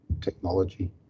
technology